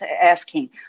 asking